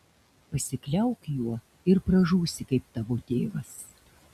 pasikliauk juo ir pražūsi kaip tavo tėvas